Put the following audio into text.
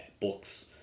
books